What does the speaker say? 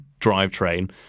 drivetrain